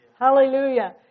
Hallelujah